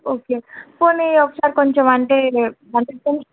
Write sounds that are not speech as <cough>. okay పోని ఒకసారి కొంచెం అంటే <unintelligible>